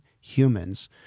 humans